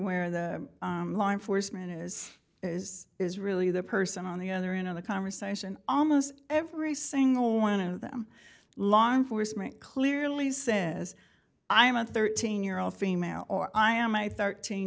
where the law enforcement is is is really the person on the other end of the conversation and almost every single one of them long for smith clearly says i am a thirteen year old female or i am i thirteen